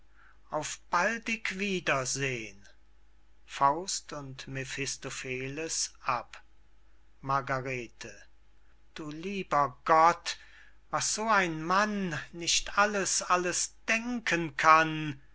auf baldig wiedersehn faust und mephistopheles ab margarete du lieber gott was so ein mann nicht alles alles denken kann